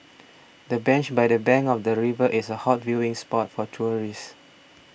the bench by the bank of the river is a hot viewing spot for tourists